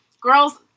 girls